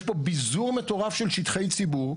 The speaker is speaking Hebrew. יש פה ביזור מטורף של שטחי ציבור,